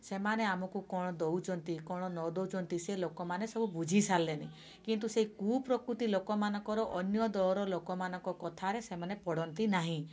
ସେମାନେ ଆମକୁ କ'ଣ ଦେଉଛନ୍ତି କ'ଣ ନଦଉଛନ୍ତି ସେ ଲୋକମାନେ ସବୁ ବୁଝିସାରିଲେଣି କିନ୍ତୁ ସେଇ କୁପ୍ରକୃତିର ଲୋକମାନଙ୍କର ଅନ୍ୟ ଦଳର ଲୋକମାନଙ୍କ କଥାରେ ସେମାନେ ପଡ଼ନ୍ତି ନାହିଁ